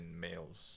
males